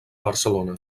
barcelona